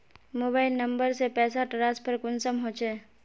Mobile number से पैसा transfer कुंसम होचे?